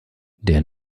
der